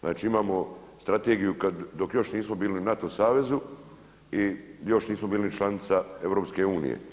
Znači, imamo strategiju dok još nismo bili u NATO savezu i još nismo bili ni članica EU.